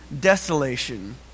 desolation